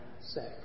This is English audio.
sex